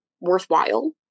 worthwhile